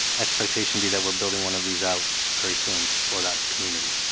expectation be that we're building one of these out very soon for that community.